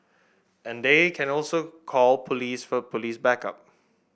and they can also call police for police backup